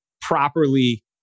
properly